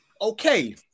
okay